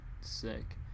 sick